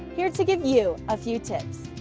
here to give you a few tips.